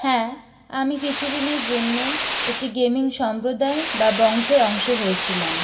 হ্যাঁ আমি কিছুদিনের জন্য একটি গেমিং সম্প্রদায় বা বংশের অংশ হয়েছিলাম